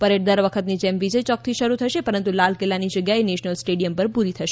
parade દર વખતની જેમ વિજય યોકથી શરૂ થશે પરંતુ લાલ કિલ્લાની જગ્યાએ નેશનલ સ્ટેડિયમ પર પૂરી થશે